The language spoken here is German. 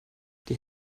die